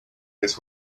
this